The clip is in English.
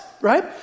right